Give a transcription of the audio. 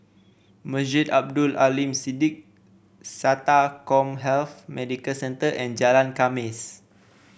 Masjid Abdul Aleem Siddique SATA CommHealth Medical Centre and Jalan Khamis